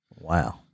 Wow